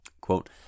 quote